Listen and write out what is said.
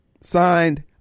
signed